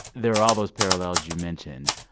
there are all those parallels you mentioned.